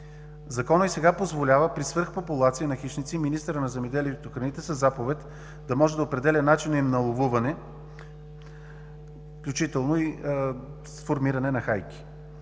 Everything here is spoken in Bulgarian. Законът и сега позволява при свръх популация на хищници министърът на земеделието и храните със заповед да може да определя начини на ловуване, включително и сформиране на хайки.